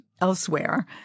elsewhere